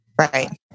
Right